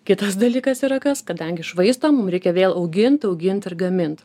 kitas dalykas yra kas kadangi švaistom mum reikia vėl augint augint ir gamint